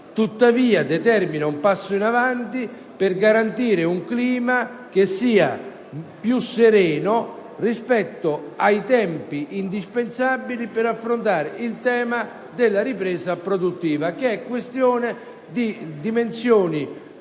tuttavia determina un passo in avanti per garantire un clima più sereno rispetto ai tempi indispensabili per affrontare il tema della ripresa produttiva, che è una questione di dimensioni